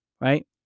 right